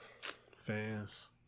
fans